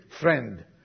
friend